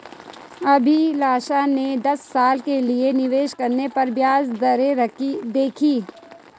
अभिलाषा ने दस साल के लिए निवेश करने पर ब्याज दरें देखी